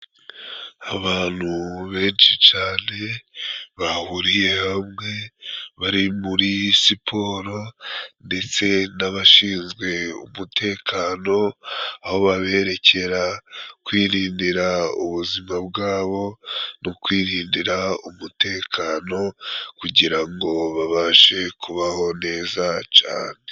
Abantu benshi cane bahuriye hamwe bari muri siporo ndetse n'abashinzwe umutekano, aho baberekera kwirindira ubuzima bwabo no kwirindira umutekano kugira ngo babashe kubaho neza cane.